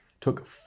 Took